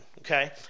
Okay